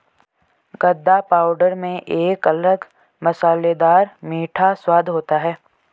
गदा पाउडर में एक अलग मसालेदार मीठा स्वाद होता है